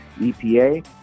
EPA